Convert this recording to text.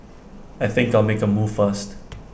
I think I'll make A move first